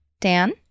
Dan